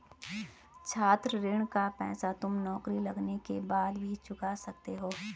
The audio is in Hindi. छात्र ऋण का पैसा तुम नौकरी लगने के बाद भी चुका सकते हो